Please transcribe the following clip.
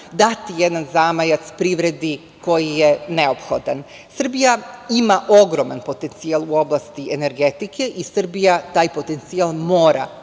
dati jedan zamajac privredi, koji je neophodan. Srbija ima ogroman potencijal u oblasti energetike i Srbija taj potencijal mora